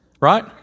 right